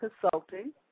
Consulting